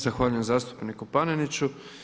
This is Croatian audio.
Zahvaljujem zastupniku Paneniću.